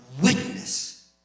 witness